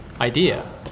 idea